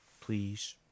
please